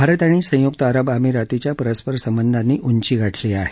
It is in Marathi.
भारत आणि संयुक्त अरब अमिरातीच्या परस्पर संबंधानी उंची गाठली आहे